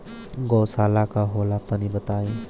गौवशाला का होला तनी बताई?